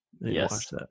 Yes